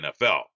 NFL